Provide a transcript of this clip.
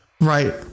Right